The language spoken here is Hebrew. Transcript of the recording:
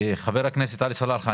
חבר הכנסת עלי סלאלחה,